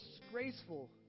disgraceful